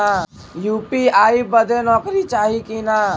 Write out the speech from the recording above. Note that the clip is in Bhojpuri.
यू.पी.आई बदे नौकरी चाही की ना?